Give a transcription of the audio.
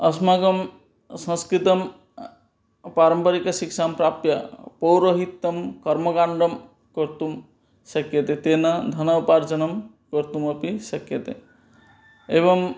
अस्माकं संस्कृतं पारम्परिकशिक्षां प्राप्य पौरोहित्यं कर्मकाण्डं कर्तुं शक्यते तेन धनोपार्जनं कर्तुमपि शक्यते एवं